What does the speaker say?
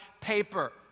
paper